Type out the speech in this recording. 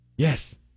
Yes